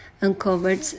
uncovered